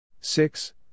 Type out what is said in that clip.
six